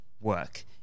work